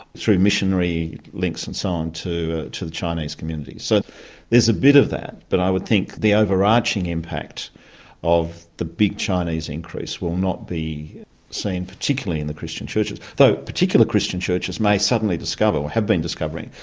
through missionary links and so on to to the chinese communities. so there's a bit of that, but i would think the overarching impact of the big chinese increase will not be seen particularly in the christian churches, though particular christian churches may suddenly discover, or have been discovering,